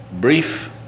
brief